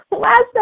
Last